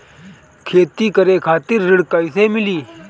खेती करे खातिर ऋण कइसे मिली?